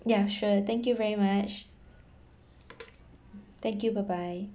yeah sure thank you very much thank you bye bye